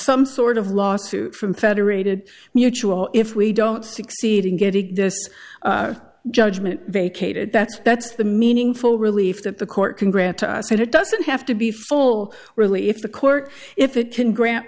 some sort of lawsuit from federated mutual if we don't succeed in getting this judgment vacated that's that's the meaningful relief that the court can grant to us and it doesn't have to be full really if the court if it can grant